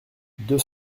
deux